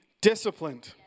disciplined